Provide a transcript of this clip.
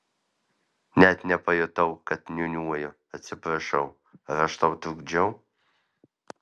net nepajutau kad niūniuoju atsiprašau ar aš tau trukdžiau